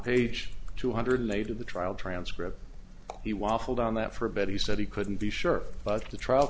page two hundred eight of the trial transcript he waffled on that for a bit he said he couldn't be sure but the trial